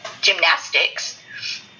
gymnastics